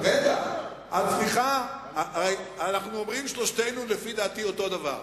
אנחנו אומרים שלושתנו, לפי דעתי, אותו הדבר.